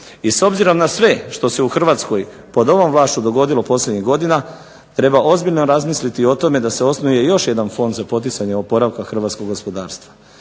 I s obzirom na sve što se u Hrvatskoj pod ovom vlašću dogodilo posljednjih godina, treba ozbiljno razmisliti o tome da se osnuje još jedan fond za poticanje oporavka hrvatskog gospodarstva.